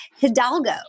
Hidalgo